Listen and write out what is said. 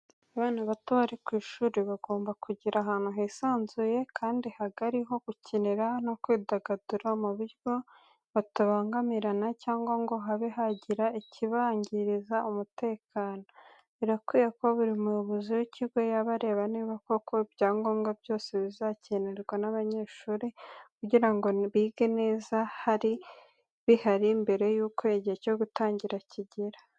Abana bato bari ku ishuri bagomba kugira ahantu hisanzuye kandi hagari ho gukinira no kwidagadura mu buryo batabangamirana cyangwa ngo habe hagira ikibangiriza umutekano. Birakwiye ko buri muyobozi w'ikigo yajya areba niba koko ibyangombwa byose bizakenerwa n'abanyeshuri kugira ngo bige neza bihari mbere y'uko igihe cyo gutangira kigera.